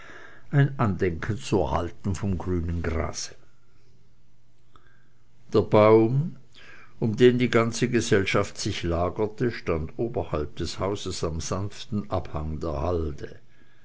ein andenken zu erhalten vom grünen grase der baum um den die ganze gesellschaft sich lagerte stand oberhalb des hauses am sanften anfang der halde